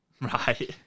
Right